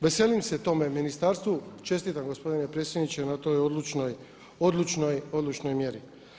Veselim se tome ministarstvu, čestitam gospodine predsjedniče na toj odlučnoj mjeri.